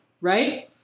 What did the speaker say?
Right